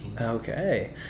Okay